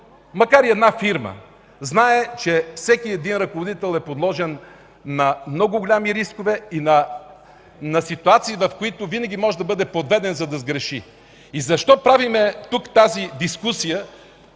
макар и една фирма, знае, че всеки един ръководител е подложен на много големи рискове и на ситуации, в които винаги може да бъде подведен, за да сгреши. И защо правим тук тази дискусия